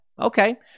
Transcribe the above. Okay